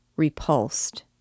repulsed